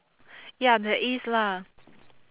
ya there is lah